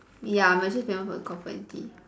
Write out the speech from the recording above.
ya Malaysia is famous for coffee and tea